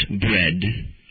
bread